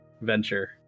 venture